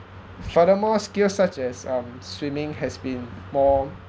furthermore skills such as um swimming has been more